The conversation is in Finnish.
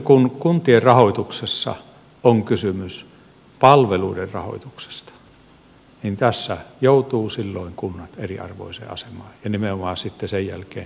kun kuntien rahoituksessa on kysymys palveluiden rahoituksesta niin tässä joutuvat silloin kunnat eriarvoiseen asemaan ja nimenomaan sitten sen jälkeen kuntalaiset